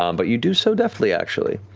um but you do so deftly, actually.